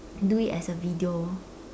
do it as a video